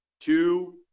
two